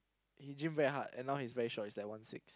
he gym very hard and now he's very short he's like one six